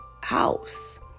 house